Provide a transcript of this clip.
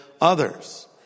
others